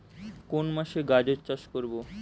কোন মাসে গাজর চাষ করব?